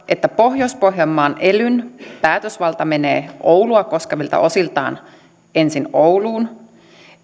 että pohjois pohjanmaan elyn päätösvalta menee oulua koskevilta osiltaan ensin ouluun